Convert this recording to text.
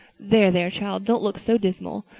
there, there, child, don't look so dismal.